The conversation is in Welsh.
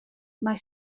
mae